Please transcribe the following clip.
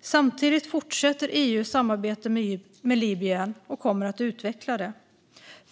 Samtidigt fortsätter EU samarbetet med Libyen och kommer att utveckla det.